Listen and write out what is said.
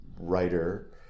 writer